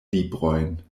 librojn